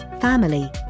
family